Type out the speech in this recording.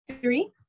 Three